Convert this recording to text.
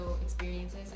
experiences